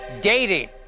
dating